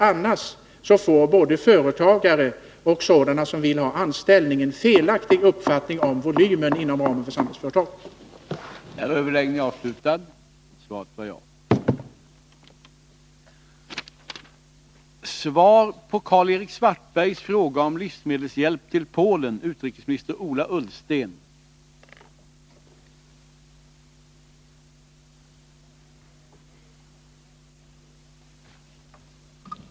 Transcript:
Annars får både företagare och sådana som vill ha anställning en felaktig uppfattning om volymen inom Samhällsföretags gränser.